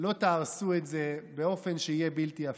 לא תהרסו את זה באופן שיהיה בלתי הפיך.